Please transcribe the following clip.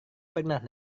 pernah